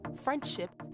friendship